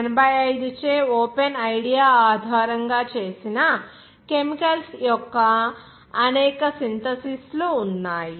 Armstrong 1885 చే open idea ఆధారంగా చేసిన కెమికల్స్ యొక్క అనేక సింథసిస్ లు ఉన్నాయి